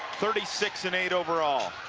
thirty six and eight overall.